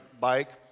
bike